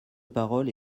parole